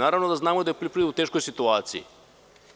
Naravno da znamo da je poljoprivreda u teškoj situaciji